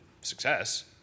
success